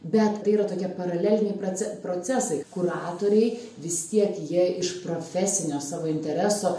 bet tai yra tokie paraleliniai proce procesai kuratoriai vis tiek jie iš profesinio savo intereso